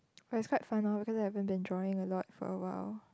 but it's quite fun loh because I haven't been drawing a lot for awhile